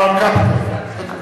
our Capital.